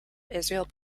israel